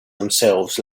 themselves